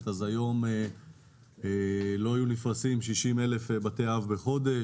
לא היו נפרסים 60,000 בתי אב בחודש,